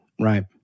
Right